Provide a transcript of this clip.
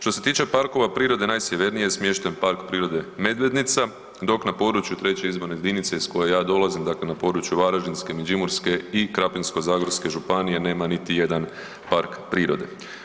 Što se tiče parkova prirode najsjevernije je smješten Park prirode Medvednica dok na području 3. izborne jedinice iz koje ja dolazim, dakle na području Varaždinske, Međimurske i Krapinsko-zagorske županije nema niti jedan park prirode.